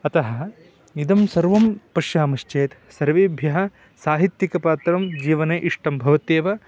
अतः इदं सर्वं पश्यामश्चेत् सर्वेभ्यः साहित्यिकपात्रं जीवने इष्टं भवत्येव